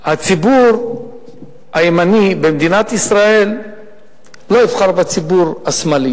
הציבור הימני במדינת ישראל לא יבחר בציבור השמאלי.